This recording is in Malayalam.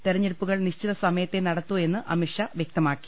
തെരഞ്ഞെടുപ്പുകൾ നിശ്ചിത സമയത്തേ നടത്തൂ എന്ന് അമിത്ഷാ വ്യക്തമാക്കി